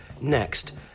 Next